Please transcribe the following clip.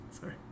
Sorry